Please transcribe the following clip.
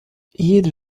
jede